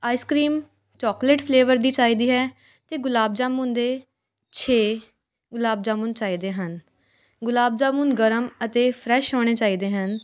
ice cream chocolate flavour ਦੀ ਚਾਹੀਦੀ ਹੈ ਅਤੇ ਗੁਲਾਬ ਜਾਮੁਣ ਦੇ ਛੇ ਗੁਲਾਬ ਜਾਮੁਣ ਚਾਹੀਦੇ ਹਨ ਗੁਲਾਬ ਜਾਮੁਣ ਗਰਮ ਅਤੇ ਫਰੈਸ਼ ਹੋਣੇ ਚਾਹੀਦੇ ਹਨ